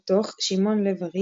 בתוך שמעון לב-ארי,